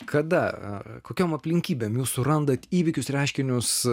kada kokiom aplinkybėm jūs surandat įvykius reiškinius